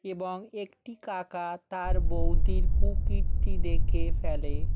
এবং একটি কাকা তার বৌদির কুকীর্তি দেখে ফেলে